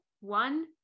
one